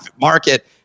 market